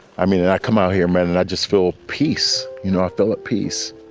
i mean, i come out here, man, and i just feel peace. you know, i feel at peace.